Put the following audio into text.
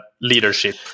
leadership